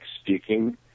speaking